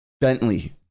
Bentley